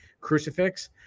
crucifix